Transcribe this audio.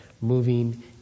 moving